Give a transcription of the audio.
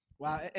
Wow